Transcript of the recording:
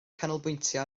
canolbwyntio